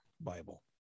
Bible